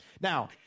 Now